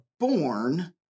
born